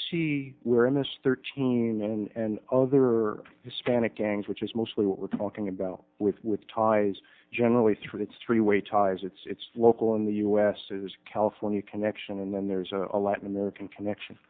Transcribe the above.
see were in this thirteen and other hispanic gangs which is mostly what we're talking about with with ties generally through its three way tie as it's local in the u s has california connection and then there's a latin american connection